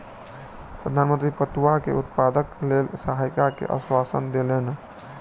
प्रधान मंत्री पटुआ के उत्पादनक लेल सहायता के आश्वासन देलैन